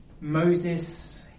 Moses